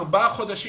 במשך ארבעה חודשים,